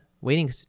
waiting